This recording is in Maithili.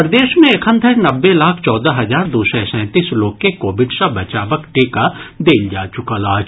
प्रदेश मे एखन धरि नब्बे लाख चौदह हजार दू सय सैंतीस लोक के कोविड सँ बचावक टीका देल जा चुकल अछि